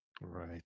Right